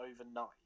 overnight